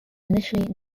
initially